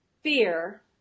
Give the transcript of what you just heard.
fear